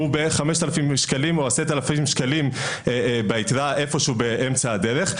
זה ב-5,000 שקלים או 10,000 שקלים ביתרה איפשהו באמצע הדרך,